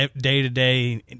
day-to-day